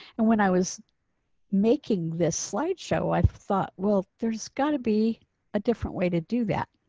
and when i was making this slideshow. i thought, well, there's got to be a different way to do that.